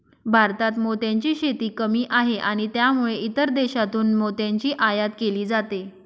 भारतात मोत्यांची शेती कमी आहे आणि त्यामुळे इतर देशांतून मोत्यांची आयात केली जाते